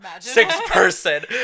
six-person